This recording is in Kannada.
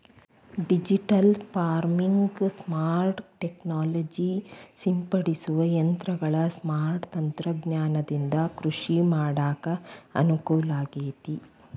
ಡಿಜಿಟಲ್ ಫಾರ್ಮಿಂಗ್, ಸ್ಮಾರ್ಟ್ ಟೆಕ್ನಾಲಜಿ ಸಿಂಪಡಿಸುವ ಯಂತ್ರಗಳ ಸ್ಮಾರ್ಟ್ ತಂತ್ರಜ್ಞಾನದಿಂದ ಕೃಷಿ ಮಾಡಾಕ ಅನುಕೂಲಾಗೇತಿ